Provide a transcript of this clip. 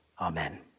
Amen